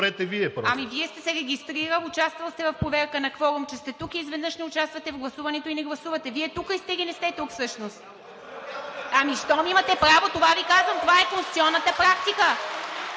Вие сте се регистрирал, участвал сте в проверка на кворум, че сте тук, и изведнъж не участвате в гласуването и не гласувате. Вие тук ли сте, или не сте тук всъщност? (Смях, оживление, реплики.) Щом имате право, това Ви казвам, това е конституционната практика.